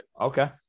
Okay